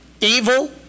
evil